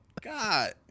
God